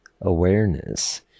awareness